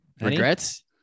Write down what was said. Regrets